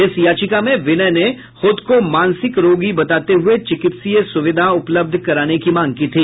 इस याचिका में विनय ने खुद को मानसिक रोगी बताते हुये चिकित्सीय सुविधा उपलब्ध कराने की मांग की थी